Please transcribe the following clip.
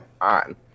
on